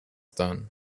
done